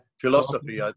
philosophy